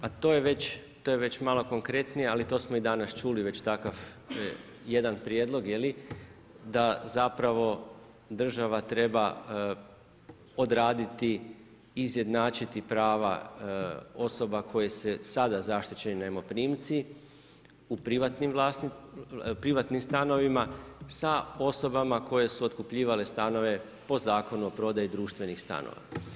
Pa to je već malo konkretnije, ali to smo i danas čuli već takav jedan prijedlog, da zapravo država treba odraditi, izjednačiti prava osoba koje su sada zaštićeni najmoprimci u privatnim stanovima sa osobama koje su otkupljivale stanove po Zakonu o prodaji društvenih stanova.